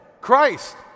Christ